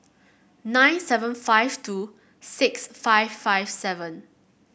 nine seven five two six five five seven